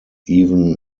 even